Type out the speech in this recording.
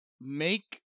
Make